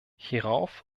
hierauf